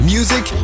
Music